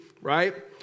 right